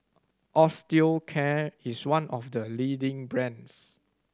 Osteocare is one of the leading brands